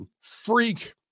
freak